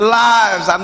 lives